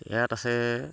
ইয়াত আছে